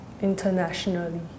internationally